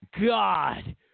God